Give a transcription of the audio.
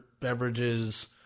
beverages